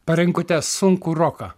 parinkote sunkų roką